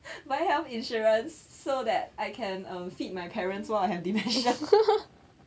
buy health insurance so that I can um feed my parents while I have dementia